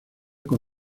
con